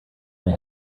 they